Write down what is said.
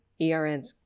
ERNs